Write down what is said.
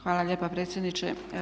Hvala lijepa predsjedniče.